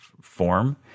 form